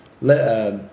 Let